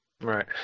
Right